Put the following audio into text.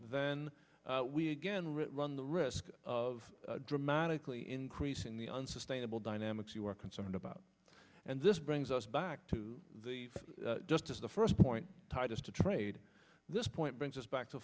then we again rick run the risk of dramatically increasing the unsustainable dynamics you are concerned about and this brings us back to just as the first point tightest to trade this point brings us back to